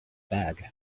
bag